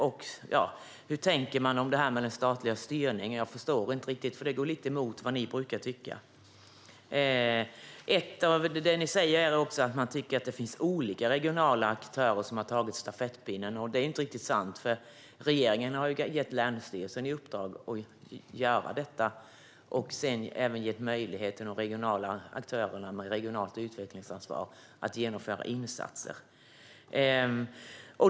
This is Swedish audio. Och hur tänker ni när det gäller den statliga styrningen? Jag förstår inte riktigt, eftersom det går lite grann emot vad ni brukar tycka. Ni säger också att ni tycker att det finns olika regionala aktörer som har tagit stafettpinnen. Det är inte riktigt sant, eftersom regeringen har gett länsstyrelserna i uppdrag att göra detta och även gett möjlighet till de regionala aktörerna med regionalt utvecklingsansvar att genomföra insatser.